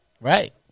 Right